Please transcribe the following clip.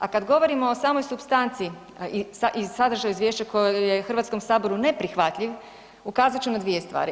A kad govorimo o samoj supstanci, iz sadržaja izvješća koji je Hrvatskom saboru neprihvatljiv ukazat ću na dvije stvari.